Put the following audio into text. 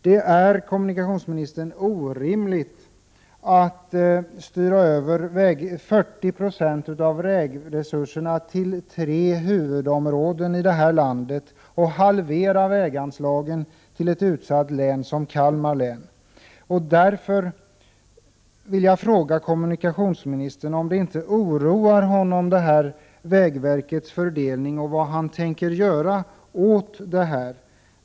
Det är, kommunikationsministern, orimligt att styra över 40 96 av vägresurserna till tre huvudområden här i landet och halvera väganslagen till ett utsatt län som Kalmar län! Därför vill jag fråga kommunikationsministern om vägverkets fördelning av anslagen inte oroar honom och vad han tänker göra åt det.